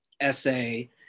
essay